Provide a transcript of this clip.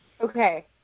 Okay